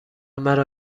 مرا